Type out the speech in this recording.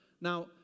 Now